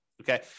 okay